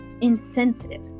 insensitive